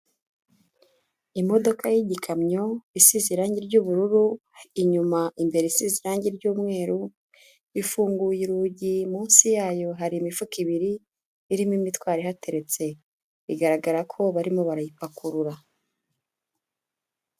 Imodoka y'igikamyo isize irange ry'ubururu inyuma, imbere isize irange ry'umweru, ifunguye urugi munsi yayo hari imifuka ibiri irimo imitwaro ihateretse. Bigaragara ko barimo barayipakurura.